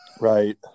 Right